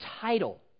title